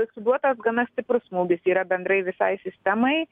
suduotas gana stiprus smūgis yra bendrai visai sistemai